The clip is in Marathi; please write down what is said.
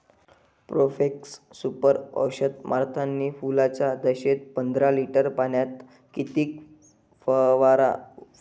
प्रोफेक्ससुपर औषध मारतानी फुलाच्या दशेत पंदरा लिटर पाण्यात किती फवाराव?